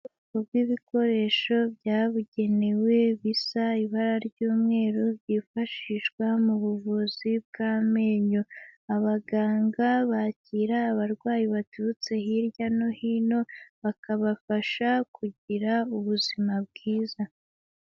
Ubwoko bw'ibikoresho byabugenewe bisa ibara ry'umweru, byifashishwa mu buvuzi bw'amenyo, abaganga bakira abarwayi baturutse hirya no hino bakabafasha kugira ubuzima bwiza.